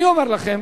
אני אומר לכם: